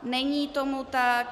Není tomu tak.